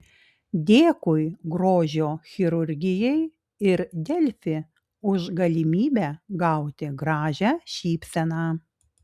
dėkui grožio chirurgijai ir delfi už galimybę gauti gražią šypseną